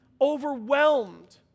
overwhelmed